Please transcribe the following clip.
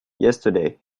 yesterday